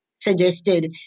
Suggested